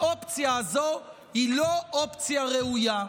האופציה הזו היא לא אופציה ראויה.